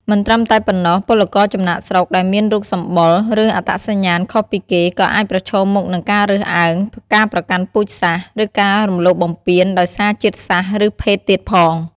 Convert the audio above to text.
មិនត្រឹមតែប៉ុណ្ណោះ ពលករចំណាកស្រុកដែលមានរូបសម្បុរ ឬអត្តសញ្ញាណខុសពីគេ ក៏អាចប្រឈមមុខនឹងការរើសអើង ការប្រកាន់ពូជសាសន៍ ឬការរំលោភបំពានដោយសារជាតិសាសន៍ ឬភេទទៀតផង។